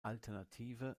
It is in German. alternative